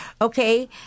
Okay